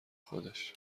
خودش